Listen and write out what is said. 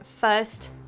first